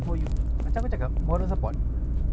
eh baru perasan ni ah bro ni aku buat tak boleh angkat ah bro